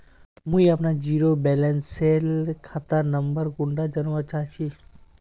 मुई अपना zero balance सेल खाता नंबर कुंडा जानवा चाहची?